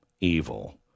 evil